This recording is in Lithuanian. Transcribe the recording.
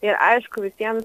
ir aišku visiems